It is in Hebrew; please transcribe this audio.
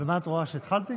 ומה את רואה, שהתחלתי?